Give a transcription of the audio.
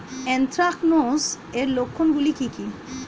Anthracnose এর লক্ষণ গুলো কি কি?